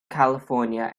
california